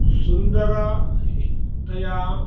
सुन्दरतया